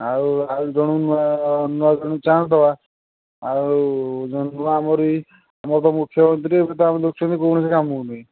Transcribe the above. ଆଉ ଆଉ ଜଣ ନୂଆ ନୂଆ ଜଣଙ୍କୁ ଚାନ୍ସ ଦେବା ଆଉ ଜଣେ ନୂଆ ଆମରି ଆମର ତ ମୁଖ୍ୟମନ୍ତୀ ଏବେ ତ ଆମେ ଦେଖୁଛନ୍ତି କୌଣସି କାମକୁ ନୁହେଁ